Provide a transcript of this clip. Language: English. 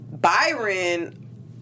Byron